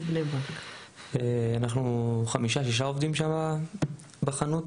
אנחנו חמישה-שישה עובדים בחנות.